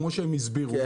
כמו שהם הסבירו,